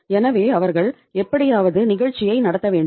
எனவே அவர்கள் எப்படியாவது நிகழ்ச்சியை நடத்த வேண்டும்